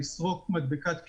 לסרוק מדבקת QR,